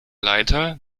leiter